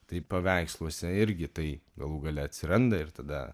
tai paveiksluose irgi tai galų gale atsiranda ir tada